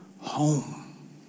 home